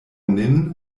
nin